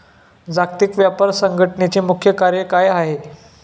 जागतिक व्यापार संघटचे मुख्य कार्य काय आहे?